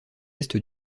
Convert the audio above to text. est